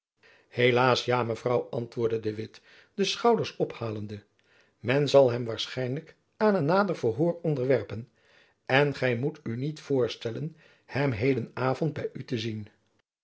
helaas ja mevrouw antwoordde de witt de schouders ophalende men zal hem waarschijnlijk aan een nader verhoor onderwerpen en gy moet u niet voorstellen hem heden avond by u te zien